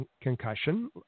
concussion